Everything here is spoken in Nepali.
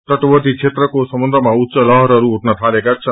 तटवर्ती क्षेकत्रको समुन्द्रमा उच्च लहरहरू उठन थालेका छन्